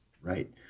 Right